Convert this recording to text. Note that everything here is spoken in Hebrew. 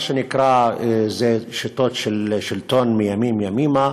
זה שיטות של שלטון מימים-ימימה,